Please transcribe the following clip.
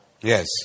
Yes